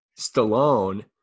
Stallone